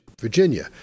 Virginia